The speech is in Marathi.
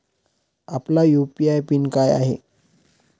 आपला यू.पी.आय पिन काय आहे?